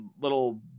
little